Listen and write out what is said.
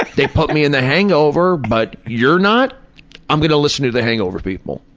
they put me in the hangover. but you're not i'm gonna listen to the hangover people.